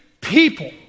People